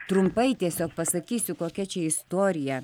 trumpai tiesiog pasakysiu kokia čia istorija